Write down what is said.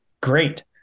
great